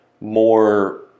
more